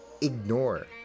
Ignore